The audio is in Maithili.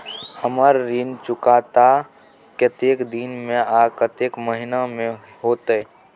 हमर ऋण चुकता कतेक दिन में आ कतेक महीना में होतै?